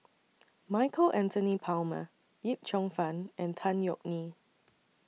Michael Anthony Palmer Yip Cheong Fun and Tan Yeok Nee